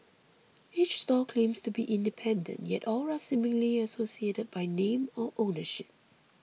each stall claims to be independent yet all are seemingly associated by name or ownership